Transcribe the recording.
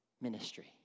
ministry